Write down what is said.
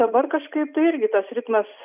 dabar kažkaip irgi tas ritmas